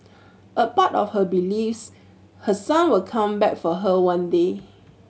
a part of her believes her son will come back for her one day